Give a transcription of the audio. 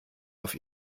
auf